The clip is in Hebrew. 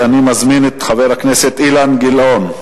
את חבר הכנסת אילן גילאון,